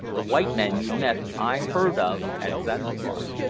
the white men you met i heard of at zanzibar.